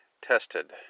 tested